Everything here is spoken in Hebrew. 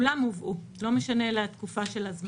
כולם הובאו, לא משנה תקופת הזמן.